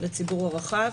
הציבור הרחב.